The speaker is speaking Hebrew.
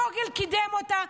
פוגל קידם אותה,